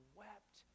wept